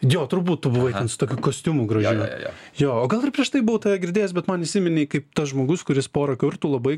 jo turbūt tu buvai ten su tokiu kostiumu gražiu jo o gal ir prieš tai buvau girdėjęs bet man įsiminei kaip tas žmogus kuris porą kartų labai